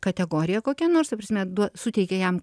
kategoriją kokią nors ta prasme duo suteikia jam